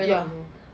ya